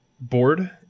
board